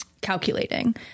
calculating